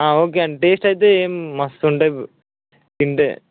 okay అండి taste అయితే ఏం మస్తు ఉంటుంది తింటే